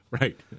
Right